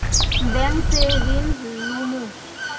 Bank से ऋण लुमू?